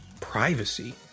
Privacy